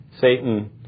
Satan